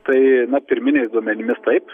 tai pirminiais duomenimis taip